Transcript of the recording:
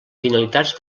finalitats